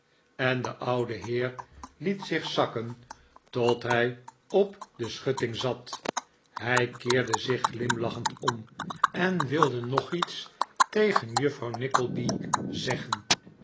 en de oude heer liet zich zakken tot hij op de schutting zat hij keerde zich glimlachend om en wilde nog iets tegen juffrouw nickleby zeggen